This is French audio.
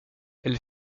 elle